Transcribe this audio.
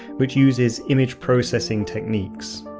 which uses image processing techniques.